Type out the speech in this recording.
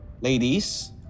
Ladies